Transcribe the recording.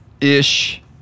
ish